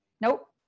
nope